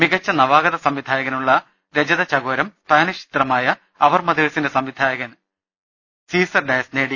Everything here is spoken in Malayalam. മികച്ച നവാ ഗത സംവിധായകനുള്ള രജതചകോരം സ്പാനിഷ് ചിത്രമായ അവർ മദേ ഴ്സിന്റെ സംവിധായകൻ സീസർ ഡയസ് നേടി